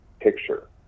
picture